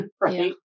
Right